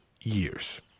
years